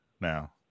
now